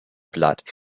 blatt